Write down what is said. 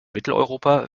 mitteleuropa